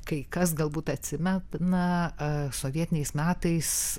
kai kas galbūt atsimenat na sovietiniais metais